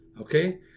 okay